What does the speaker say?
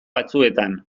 batzuetan